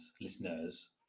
listeners